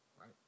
right